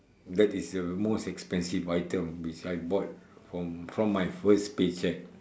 that is the most expensive item which I bought from from my first pay cheque